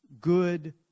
good